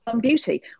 beauty